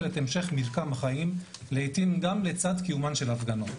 את המשך מרקם החיים לעיתים גם לצד קיומן של הפגנות.